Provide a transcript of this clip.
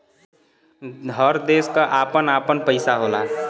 हर देश क आपन आपन पइसा होला